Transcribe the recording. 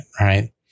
right